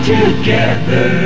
Together